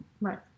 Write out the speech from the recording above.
Right